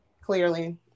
Clearly